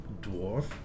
dwarf